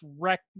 wreck